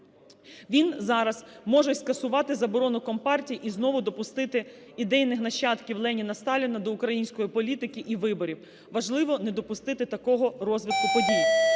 він зараз може скасувати заборону Компартії і знову допустити ідейних нащадків Леніна, Сталіна до української політики і виборів. Важливо не допустити такого розвитку подій.